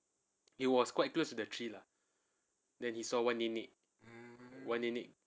he was quite close to the tree lah then he saw one nenek one nenek